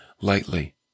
lightly